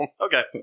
Okay